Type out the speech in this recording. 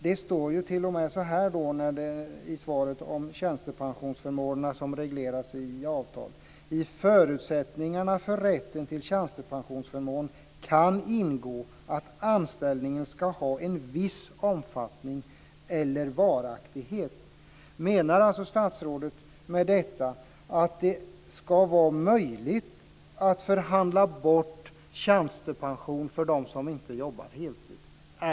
Det står t.o.m. så här i svaret om tjänstepensionsförmåner som regleras i avtal: I förutsättningarna för rätten till tjänstepensionsförmån kan ingå att anställningen ska ha en viss omfattning eller varaktighet. Menar statsrådet med detta att det ska vara möjligt att förhandla bort tjänstepension för dem som inte jobbar heltid?